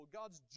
God's